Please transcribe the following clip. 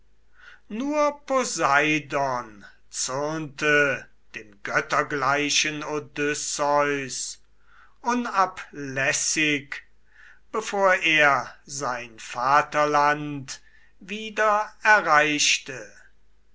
nur poseidon zürnte dem göttergleichen odysseus unablässig bevor er sein vaterland wieder erreichte